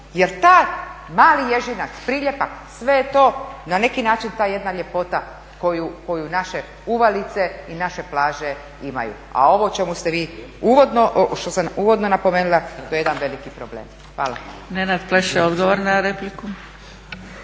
jer taj mali ježinac, priljepak sve to na neki način ta jedna ljepota koju naše uvalice i naše plaže imaju. A ovo o čemu ste vi uvodno, što sam uvodno napomenula to je jedan veliki problem. Hvala.